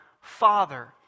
Father